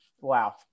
wow